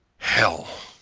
hell